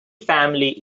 family